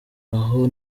aho